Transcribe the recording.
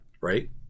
right